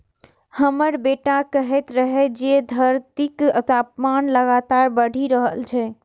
हमर बेटा कहैत रहै जे धरतीक तापमान लगातार बढ़ि रहल छै